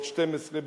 12,